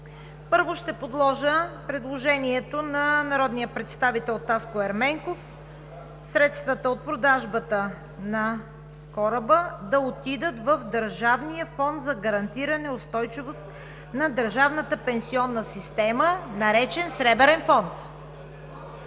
Първо ще подложа на гласуване предложението на народния представител Таско Ерменков – средствата от продажбата на кораба да отидат в Държавния фонд за гарантиране устойчивост на държавната пенсионна система, наречен Сребърен фонд.